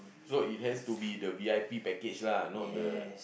so it has to be the v_i_p package lah not the